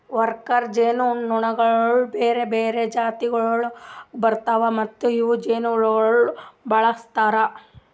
worker ಜೇನುನೊಣಗೊಳ್ ಬೇರೆ ಬೇರೆ ಜಾತಿಗೊಳ್ದಾಗ್ ಬರ್ತಾವ್ ಮತ್ತ ಇವು ಜೇನುಗೊಳಿಗ್ ಬಳಸ್ತಾರ್